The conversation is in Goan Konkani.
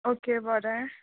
ओके बरें